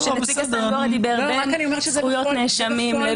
אני רק אומרת שזה מאפשר.